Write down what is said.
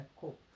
cool